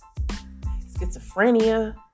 schizophrenia